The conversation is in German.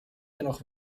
dennoch